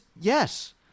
yes